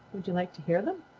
would you like to hear them?